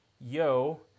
yo